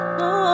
no